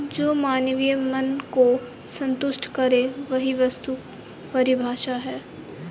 जो मानवीय मन को सन्तुष्ट करे वही वस्तु की परिभाषा है